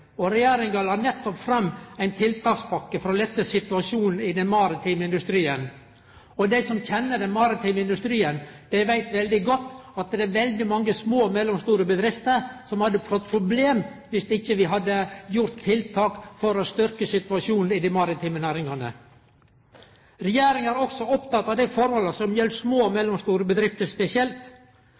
over. Regjeringa la nettopp fram ei tiltakspakke for å lette situasjonen i den maritime industrien. Dei som kjenner den maritime industrien, veit svært godt at det er veldig mange små og mellomstore bedrifter som hadde fått problem dersom vi ikkje hadde sett i verk tiltak for å betre situasjonen i dei maritime næringane. Regjeringa er også oppteken av dei forholda som gjeld små og mellomstore bedrifter spesielt.